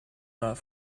not